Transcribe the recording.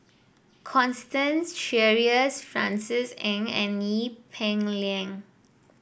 Constance Sheares Francis Ng and Ee Peng Liang